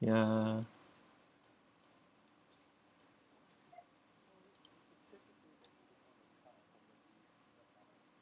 ya